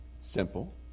Simple